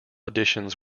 editions